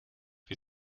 wie